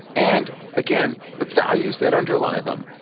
and again, the values that underlie them.